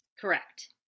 Correct